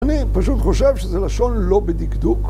אני פשוט חושב שזה לשון לא בדקדוק.